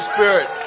Spirit